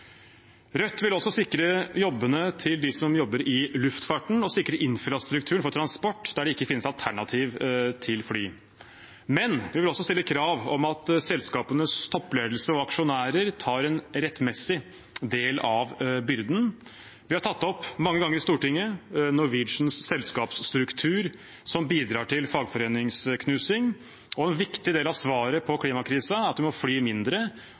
Rødt vil også sikre jobbene til dem som jobber i luftfarten, og sikre infrastrukturen for transport der det ikke finnes alternativ til fly. Men vi vil også stille krav om at selskapenes toppledelse og aksjonærer tar en rettmessig del av byrden. Vi har i Stortinget mange ganger tatt opp Norwegians selskapsstruktur, som bidrar til fagforeningsknusing. En viktig del av svaret på klimakrisen er at det må flys mindre.